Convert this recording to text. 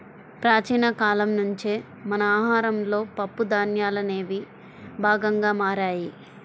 ప్రాచీన కాలం నుంచే మన ఆహారంలో పప్పు ధాన్యాలనేవి భాగంగా మారాయి